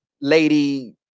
lady